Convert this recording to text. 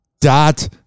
dot